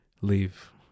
leave